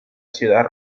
ciudad